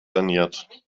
saniert